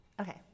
Okay